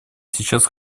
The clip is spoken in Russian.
сейчас